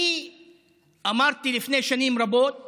אני אמרתי לפני שנים רבות